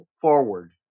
forward